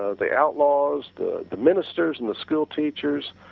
ah the outlaws, the the ministers and the skilled teachers,